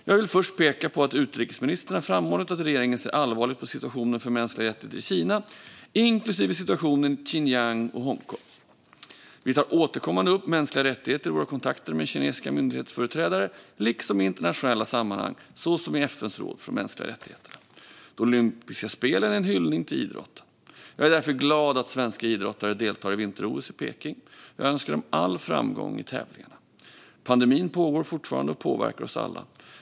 Jag vill först peka på att utrikesministern har framhållit att regeringen ser allvarligt på situationen för mänskliga rättigheter i Kina, inklusive situationen i Xinjiang och Hongkong. Vi tar återkommande upp mänskliga rättigheter i våra kontakter med kinesiska myndighetsföreträdare liksom i internationella sammanhang, såsom i FN:s råd för mänskliga rättigheter. De olympiska spelen är en hyllning till idrotten. Jag är därför glad att svenska idrottare deltar i vinter-OS i Peking. Jag önskar dem all framgång i tävlingarna. Pandemin pågår fortfarande och påverkar oss alla.